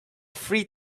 three